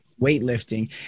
weightlifting